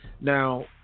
Now